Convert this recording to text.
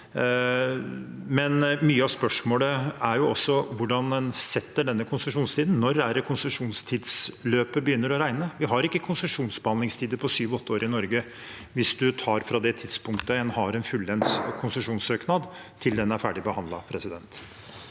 Mye av spørsmålet er også hvordan en setter denne konsesjonstiden. Når er det konsesjonstidsløpet regnes fra? Vi har ikke konsesjonsbehandlingstider på sju–åtte år i Norge hvis en regner fra det tidspunktet en har en fullendt konsesjonssøknad, til den er ferdigbehandlet. Sofie